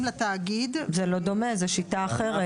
לתאגיד --- זה לא דומה; זו שיטה אחרת.